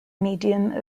medium